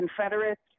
Confederates